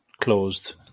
closed